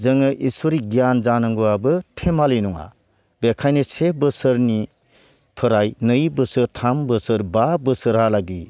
जोङो इसोरि गियान जानांगौआबो धेमालि नङा बेखायनो से बोसोरनिफोराय नै बोसोर थाम बोसोर बा बोसोरहालागि